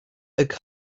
couple